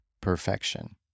perfection